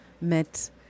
met